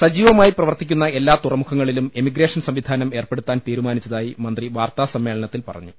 സജീവമായി പ്രവർത്തിക്കുന്ന എല്ലാ തുറമുഖങ്ങളിലും എമിഗ്രേഷൻ സംവിധാനം ഏർപ്പെടുത്താൻ തീരുമാനിച്ചതായി മന്ത്രി വാർത്താസ മ്മേളനത്തിൽ പറഞ്ഞു